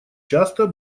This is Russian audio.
часто